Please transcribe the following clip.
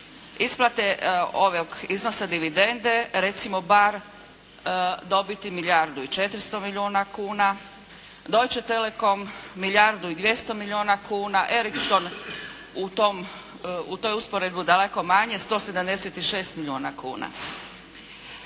isplate ovog iznosa dividende, recimo bar dobiti milijardu i 400 milijuna kuna, deutche telekom milijardu i 200 milijuna kuna, Ericson u tom, u tu usporedbu daleko manje 176 milijuna kuna.